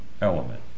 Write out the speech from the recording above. element